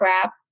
crap